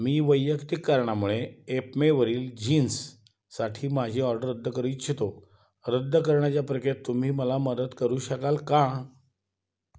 मी वैयक्तिक कारणामुळे एपमेवरील जीन्ससाठी माझी ऑर्डर रद्द करू इच्छितो रद्द करण्याच्या प्रक्रियेत तुम्ही मला मदत करू शकाल का